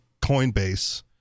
Coinbase